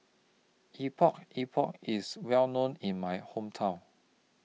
Epok Epok IS Well known in My Hometown